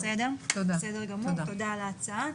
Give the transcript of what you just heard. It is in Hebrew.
תודה על ההצעה.